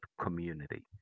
community